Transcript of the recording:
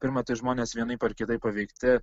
pirma tai žmonės vienaip ar kitaip paveikti